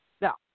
Now